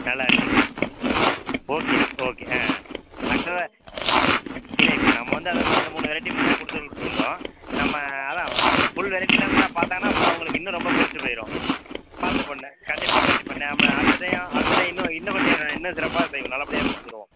நல்லா இருக்குது okay okay ஆ ஆக்சுவலாக இல்லை இப்போ நம்ம வந்து அந்த ரெண்டு மூணு வெரைட்டி மட்டும் தான் கொடுத்துக்கிட்ருந்தோம் நம்ம அதுதான் நம்ம ஃபுல் வெரைட்டிலாம் நல்லா பார்த்தாங்கனா அப்போ அவங்களுக்கு இன்னும் ரொம்ப பிடிச்சி போயிடும் பார்த்து பண்ணு கண்டிப்பாக கண்டிப்பாக நம்ம அடுத்த டயம் அடுத்த டயம் இன்னும் இன்னும் கொஞ்சம் இன்னும் சிறப்பாக செய்வோம் நல்லபடியாக செஞ்சுருவோம்